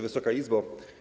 Wysoka Izbo!